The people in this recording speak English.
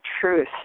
truth